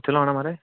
कुत्थै लाना माराज